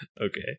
Okay